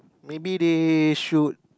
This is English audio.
maybe they should